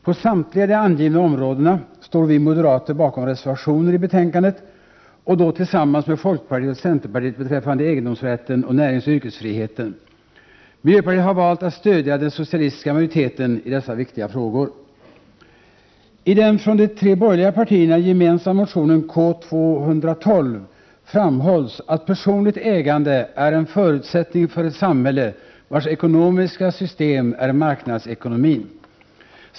På samtliga de angivna områdena står vi moderater bakom reservationer i betänkandet och då tillsammans med folkpartiet och centerpartiet beträffande egendomsrätten och näringsoch yrkesfriheten. Miljöpartiet har valt att stödja den socialistiska majoriteten i dessa viktiga frågor. I den från de tre borgerliga partierna gemensamma motionen K212 framhålls att personligt ägande är en förutsättning för ett samhälle, vars ekonomiska system är marknadsekonomin.